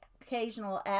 occasional